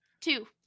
Two